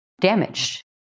damaged